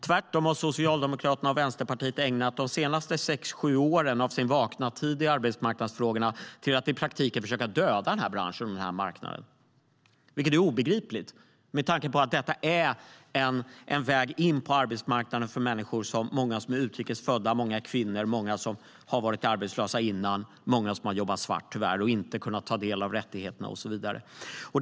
Tvärtom har Socialdemokraterna och Vänsterpartiet ägnat de senaste sex sju åren av sin vakna tid i arbetsmarknadsfrågorna till att i praktiken försöka döda den här branschen och den här marknaden, vilket är obegripligt med tanke på att detta är en väg in på arbetsmarknaden för många människor som är utrikesfödda, som är kvinnor, som har varit arbetslösa eller jobbat svart och inte har kunnat ta del av några rättigheter. Herr talman!